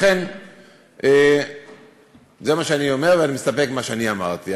לכן זה מה שאני אומר, ואני מסתפק במה שאני אמרתי.